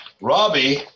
robbie